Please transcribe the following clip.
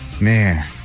Man